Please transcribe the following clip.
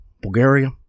Bulgaria